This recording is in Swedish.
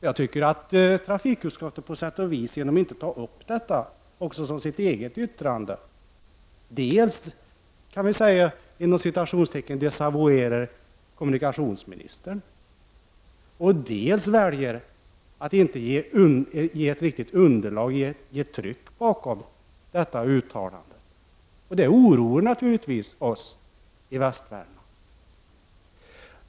Jag tycker att trafikutskottet på sätt och vis, genom att inte ta upp detta som sitt eget yttrande, dels ”desavouerar” kommunikationsministern, dels väljer att inte sätta tryck bakom detta uttalande. Det oroar naturligtvis oss i Västvärmland.